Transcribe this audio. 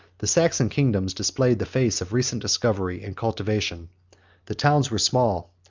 the saxon kingdoms displayed the face of recent discovery and cultivation the towns were small,